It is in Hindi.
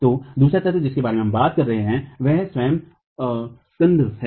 तो दूसरा तत्व जिसके बारे में हम बात कर रहे हैं वह स्वयं स्कन्ध है